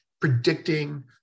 predicting